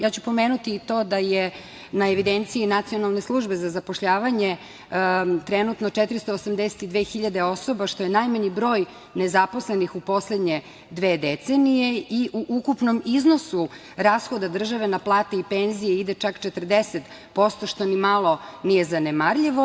Ja ću pomenuti i to da je na evidenciji Nacionalne službe za zapošljavanje trenutno 482.000 osoba, što je najmanji broj nezaposlenih u poslednje dve decenije i u ukupnom iznosu rashoda države na plate i penzije ide čak 40%, što ni malo nije zanemarljivo.